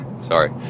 Sorry